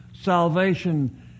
salvation